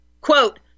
Quote